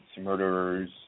murderers